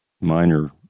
minor